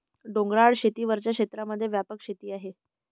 डोंगराळ शेती वरच्या क्षेत्रांमध्ये व्यापक शेती आहे